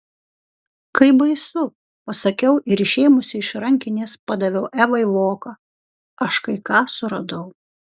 kaip baisu pasakiau ir išėmusi iš rankinės padaviau evai voką aš kai ką suradau